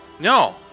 no